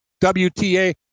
WTA